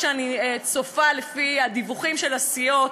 מה שאני צופה לפי הדיווחים של הסיעות,